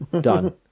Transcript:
done